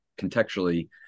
contextually